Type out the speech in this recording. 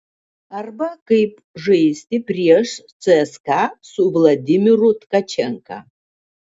arba kaip žaisti prieš cska su vladimiru tkačenka